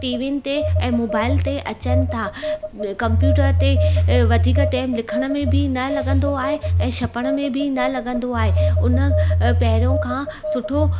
टीविनि ते ऐं मोबाइल ते अचनि था कम्पयूटर ते वधीक टेम लिखण में बि न लॻंदो आहे ऐं छपण में बि न लॻंदो आहे उन पहरियों खां सुठो